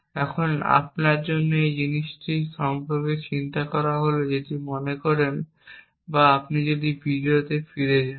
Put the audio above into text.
এখন আপনার জন্য একটি জিনিস সম্পর্কে চিন্তা করা হল যেটি মনে করুন বা আপনি যদি ভিডিওটিতে ফিরে যান